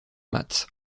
matz